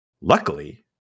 Luckily